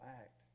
act